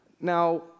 Now